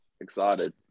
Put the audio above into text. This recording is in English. Excited